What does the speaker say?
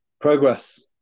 Progress